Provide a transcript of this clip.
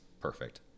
Perfect